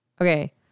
Okay